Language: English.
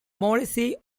morrissey